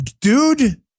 dude